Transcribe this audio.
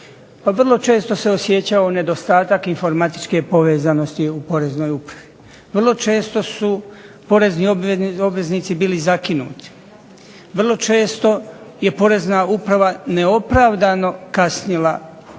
vrlo često se osjećao nedostatak informatičke povezanosti u poreznoj upravi. Vrlo često su porezni obveznici bili zakinuti, vrlo često je porezna uprava neopravdano kasnila u